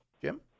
Jim